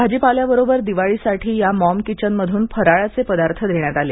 भाजीपाल्याबरोबर दिवाळीसाठी या मॉम किचनमधून फराळाचे पदार्थ देण्यात आले